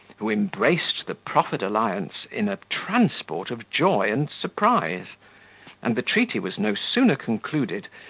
who embraced the proffered alliance in a transport of joy and surprise and the treaty was no sooner concluded,